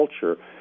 culture